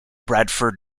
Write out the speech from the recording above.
bradford